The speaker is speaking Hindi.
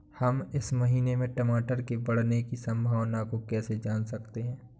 हम इस महीने में टमाटर के बढ़ने की संभावना को कैसे जान सकते हैं?